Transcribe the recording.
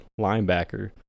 linebacker